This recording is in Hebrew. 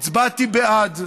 הצבעתי בעד,